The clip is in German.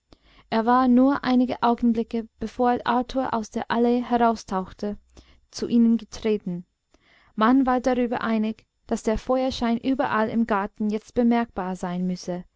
er war nur einige augenblicke bevor arthur aus der allee heraustauchte zu ihnen getreten man war darüber einig daß der feuerschein überall im garten jetzt bemerkbar sein müsse